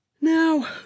now